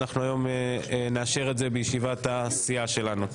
אנחנו היום נאשר את זה בישיבת הסיעה שלנו.